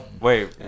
Wait